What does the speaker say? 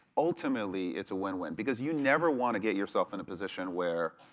ultimately, it's a win-win, because you never want to get yourself in a position where